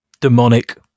Demonic